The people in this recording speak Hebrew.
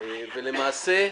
למעשה,